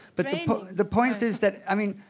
but the point is that i mean,